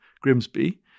Grimsby